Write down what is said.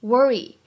Worry